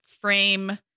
frame